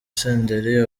senderi